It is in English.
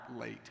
late